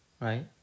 right